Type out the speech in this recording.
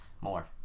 More